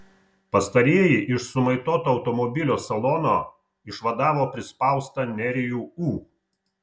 pastarieji iš sumaitoto automobilio salono išvadavo prispaustą nerijų ū